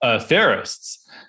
theorists